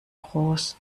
groß